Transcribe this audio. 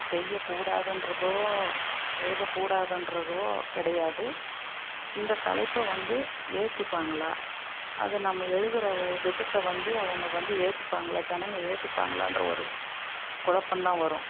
செய்யக்கூடாதுன்றதோ எழுதக்கூடாதுன்றதோ கிடையாது இந்த தலைப்பை வந்து ஏற்றுப்பாங்களா அது நம்ம எழுதுகிற வ விதத்தை வந்து அவங்க வந்து ஏற்றுப்பாங்களா ஜனங்க ஏற்றுப்பாங்களான்ற ஒரு குழப்பம் தான் வரும்